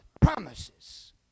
Promises